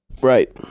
Right